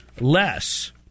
less